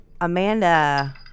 Amanda